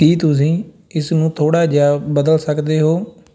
ਕੀ ਤੁਸੀਂ ਇਸਨੂੰ ਥੋੜ੍ਹਾ ਜਿਹਾ ਬਦਲ ਸਕਦੇ ਹੋ